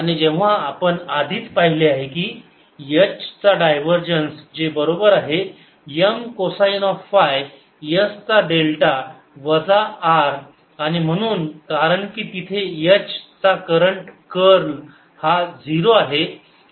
आणि जेव्हा आपण आधीच पाहिले आहे की H चा डायव्हरजन्स जे बरोबर आहे M cosine of phi S चा डेल्टा वजा R आणि म्हणून कारण की तिथे H चा करंट कर्ल हा 0 आहे